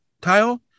tile